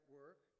work